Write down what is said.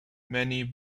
many